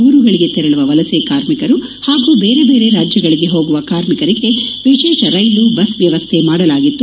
ಊರುಗಳಿಗೆ ತೆರಳುವ ವಲಸೆ ಕಾರ್ಮಿಕರು ಹಾಗೂ ಬೇರೆ ಬೇರೆ ರಾಜ್ಯಗಳಿಗೆ ಹೋಗುವ ಕಾರ್ಮಿಕರಿಗೆ ವಿಶೇಷ ರೈಲು ಬಸ್ ವ್ಯವಸ್ಥೆ ಮಾಡಲಾಗಿತ್ತು